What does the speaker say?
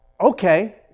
okay